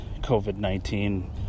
COVID-19